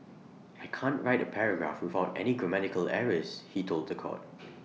I can't write A paragraph without any grammatical errors he told The Court